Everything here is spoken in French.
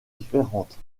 différentes